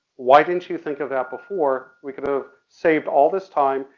why didn't you think of that before we could've saved all this time.